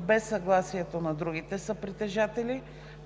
без съгласието на другите съпритежатели;